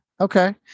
Okay